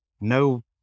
no